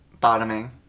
bottoming